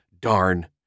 Darn